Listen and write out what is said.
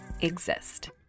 exist